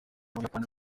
buyapani